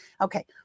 Okay